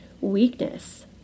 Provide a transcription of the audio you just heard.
weakness